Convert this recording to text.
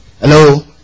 Hello